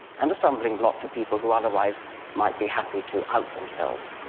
and a stumbling block to people who otherwise might be happy to out themselves.